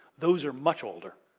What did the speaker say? those are much older.